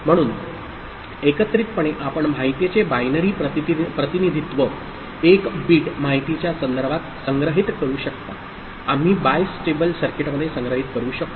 म्हणून एकत्रितपणे आपण माहितीचे बायनरी प्रतिनिधित्व 1 बिट माहितीच्या संदर्भात संग्रहित करू शकता आम्ही बाय स्टेबल सर्किटमध्ये संग्रहित करू शकतो